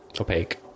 opaque